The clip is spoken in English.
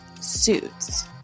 Suits